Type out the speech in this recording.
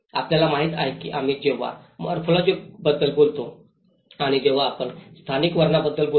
आपल्याला माहित आहे की आम्ही जेव्हा मॉर्फोलॉजीबद्दल बोलतो आणि जेव्हा आपण स्थानिक वर्णांबद्दल बोलतो